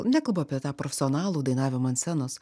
nekalbu apie tą profesionalų dainavimą ant scenos